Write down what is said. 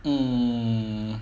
mm